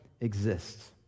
exists